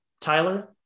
Tyler